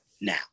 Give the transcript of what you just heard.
now